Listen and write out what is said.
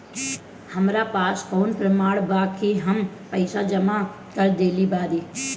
हमरा पास कौन प्रमाण बा कि हम पईसा जमा कर देली बारी?